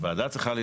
הוועדה צריכה.